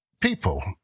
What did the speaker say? people